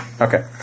Okay